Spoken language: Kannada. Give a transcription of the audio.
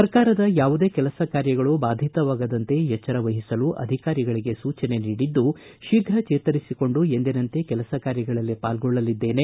ಸರ್ಕಾರದ ಯಾವುದೇ ಕೆಲಸ ಕಾರ್ಯಗಳು ಬಾಧಿತವಾಗದಂತೆ ಎಚ್ಚರ ವಹಿಸಲು ಅಧಿಕಾರಿಗಳಿಗೆ ಸೂಚನೆ ನೀಡಿದ್ದು ಶೀಘ ಚೇತರಿಸಿಕೊಂಡು ಎಂದಿನಂತೆ ಕೆಲಸ ಕಾರ್ಯಗಳಲ್ಲಿ ಪಾಲ್ಗೊಳ್ಳಲಿದ್ದೇನೆ